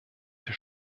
das